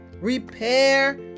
repair